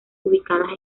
ubicadas